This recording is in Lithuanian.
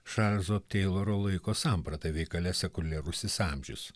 čarlzo teiloro laiko samprata veikale sekuliarusis amžius